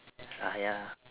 ah ya